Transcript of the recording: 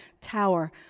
Tower